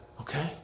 Okay